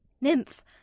Nymph